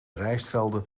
rijstvelden